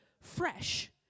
fresh